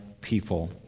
people